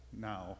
now